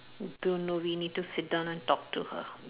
don't know we need to sit down and talk to her